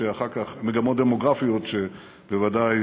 ובוודאי